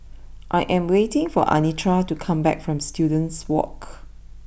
I am waiting for Anitra to come back from Students walk